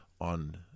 on